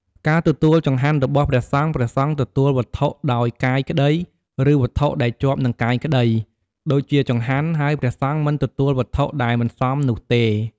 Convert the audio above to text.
ការទទួលចង្ហាន់របស់ព្រះសង្ឃ ព្រះសង្ឃទទួលវត្ថុដោយកាយក្តី ឬវត្ថុដែលជាប់នឹងកាយក្តី ដូចជាចង្ហាន់ ហើយព្រះសង្ឃមិនទទួលវត្ថុដែលមិនសមនោះទេ។